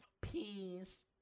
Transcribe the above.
Peace